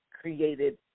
created